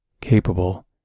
capable